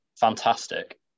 fantastic